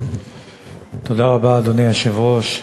אדוני היושב-ראש,